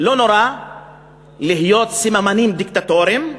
לא נורא שיהיו סממנים דיקטטוריים,